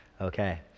okay